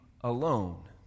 alone